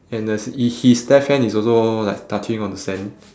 and the s~ i~ his left hand is also like touching on the sand